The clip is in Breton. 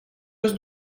eus